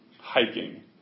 hiking